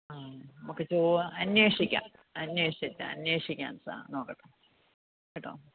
ആ നമുക്ക് പോവാം അന്വേഷിക്കാം അന്വേഷിച്ചിട്ട് അന്വേഷിക്കണം ആ നോക്കട്ടെ